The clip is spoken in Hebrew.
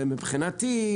אותו רכב שאנחנו מטעינים,